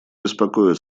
беспокоит